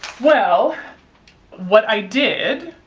well what i did,